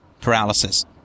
paralysis